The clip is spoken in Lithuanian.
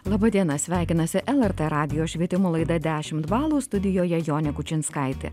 laba diena sveikinasi lrt radijo švietimo laida dešimt balų studijoje jonė kučinskaitė